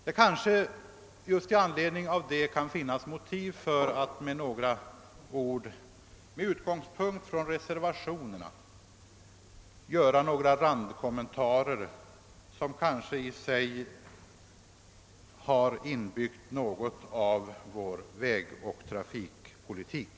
Det kanske just därför kan finnas anledning att med utgångspunkt i reservationerna göra några randkommentarer om vår vägoch trafikpolitik.